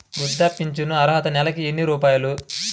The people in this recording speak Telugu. వృద్ధాప్య ఫింఛను అర్హత నెలకి ఎన్ని రూపాయలు?